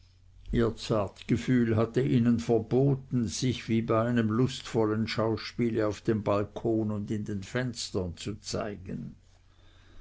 zartgefühl hatte ihnen verboten sich wie bei einem lustvollen schauspiele auf dem balkon und in den fenstern zu zeigen